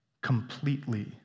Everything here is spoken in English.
completely